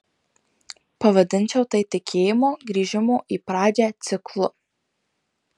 pavadinčiau tai tikėjimo grįžimo į pradžią ciklu